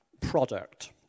product